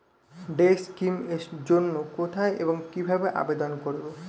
Day scheme এর জন্য কোথায় এবং কিভাবে আবেদন করব?